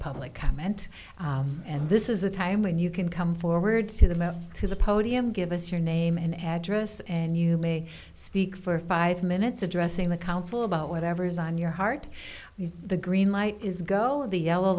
public comment and this is the time when you can come forward to the mouth to the podium give us your name and address and you may speak for five minutes addressing the council about whatever is on your heart is the green light is go the yellow